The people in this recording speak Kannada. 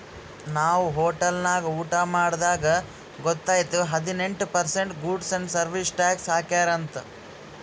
ನಾವ್ ಹೋಟೆಲ್ ನಾಗ್ ಊಟಾ ಮಾಡ್ದಾಗ್ ಗೊತೈಯ್ತು ಹದಿನೆಂಟ್ percent goods and service tax ಹಾಕ್ಯಾರ್ ಅಂತ್